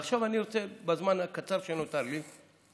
עכשיו, בזמן הקצר שנותר לי,